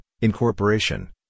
incorporation